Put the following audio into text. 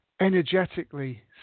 energetically